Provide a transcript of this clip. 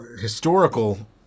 historical